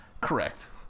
Correct